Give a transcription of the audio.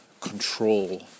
control